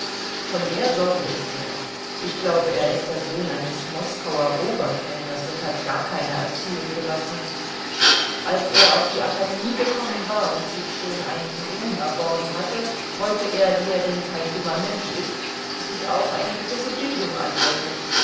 von der sorte ist er ich glaube er ist der sohn eines moskauer oberkellners und hat gar keine erziehung genossen als er auf die akademie gekommen war und sich schon einigen ruf erworben hatte wollte er wie er denn kein dummer mensch ist sich auch eine gewisse bildung aneignen